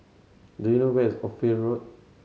do you know where is Ophir Road